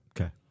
Okay